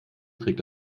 trägt